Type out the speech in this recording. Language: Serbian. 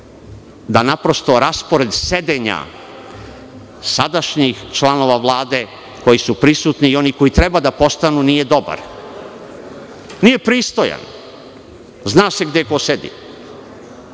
da naprosto raspored sedenja sadašnjih članova Vlade koji su prisutni i onih koji treba da postanu nije dobar, nije pristojan. Zna se gde ko sedi.